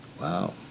Wow